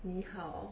你好